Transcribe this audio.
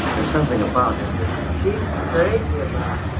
there's something about him that he's crazy about.